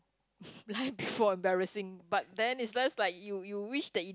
life before embarrassing but then it's just like you you wish that